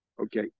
Okay